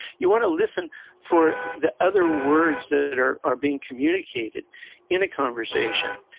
you want to listen for the other words that are are being communicated in a conversation.